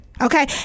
okay